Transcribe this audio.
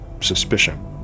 suspicion